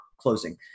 closing